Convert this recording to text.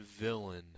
villain